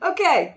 Okay